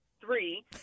three